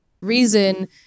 reason